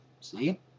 See